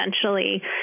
essentially